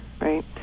right